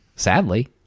Sadly